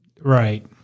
Right